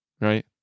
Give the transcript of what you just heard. right